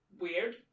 weird